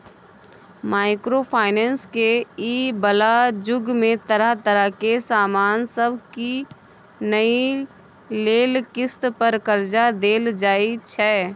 micro finance के इ बला जुग में तरह तरह के सामान सब कीनइ लेल किस्त पर कर्जा देल जाइ छै